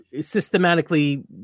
systematically